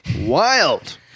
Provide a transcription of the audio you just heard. wild